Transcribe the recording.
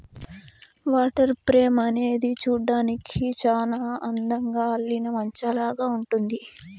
water frame అనేది చూడ్డానికి చానా అందంగా అల్లిన మంచాలాగా ఉంటుంది